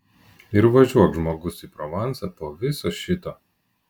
ir važiuok žmogus į provansą po viso šito